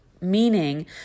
meaning